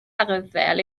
arddel